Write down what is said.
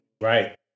Right